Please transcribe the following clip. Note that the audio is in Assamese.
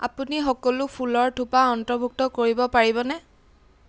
আপুনি সকলো ফুলৰ থোপা অন্তৰ্ভুক্ত কৰিব পাৰিবনে